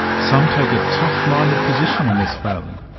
some take a tough-minded position on this failing,